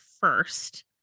first